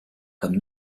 comme